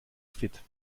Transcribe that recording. fit